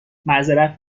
معذرت